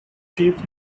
deep